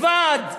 לבד,